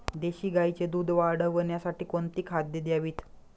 देशी गाईचे दूध वाढवण्यासाठी कोणती खाद्ये द्यावीत?